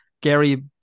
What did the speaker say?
Gary